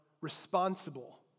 responsible